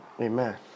Amen